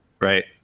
Right